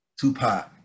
Tupac